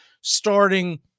starting